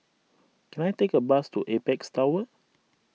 can I take a bus to Apex Tower